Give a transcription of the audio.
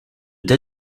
tel